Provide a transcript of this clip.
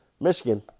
Michigan